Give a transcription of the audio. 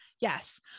Yes